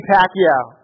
Pacquiao